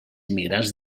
emigrats